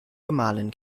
gemahlin